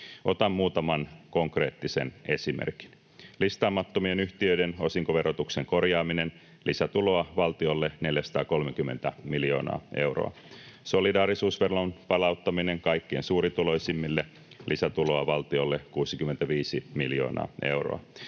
Otan muutaman konkreettisen esimerkin: Listaamattomien yhtiöiden osinkoverotuksen korjaaminen, lisätuloa valtiolle 430 miljoonaa euroa. Solidaarisuusveron palauttaminen kaikkein suurituloisimmille, lisätuloa valtiolle 65 miljoonaa euroa.